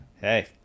Hey